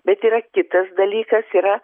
bet yra kitas dalykas yra